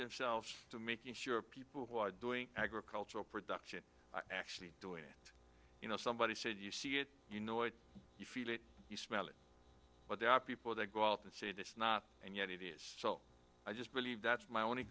themselves to making sure people who are doing agricultural production actually do it you know somebody said you see it you know it you feel it you smell it but there are people that go out and say this is not and yet it is so i just believe that's my only